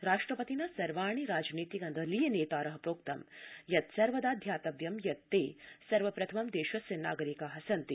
राष्ट्रपतिना सर्वाणि राजनीतिक दलीय नेतार प्रोक्तं यत् सर्वदा ध्यातव्यम् यत् ते सर्वप्रथमं देशस्य नागरिका सन्ति